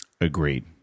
Agreed